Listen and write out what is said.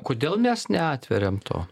kodėl mes neatveriam to